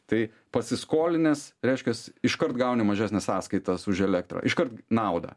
tai pasiskolinęs reiškias iškart gauni mažesnes sąskaitas už elektrą iškart naudą